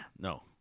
no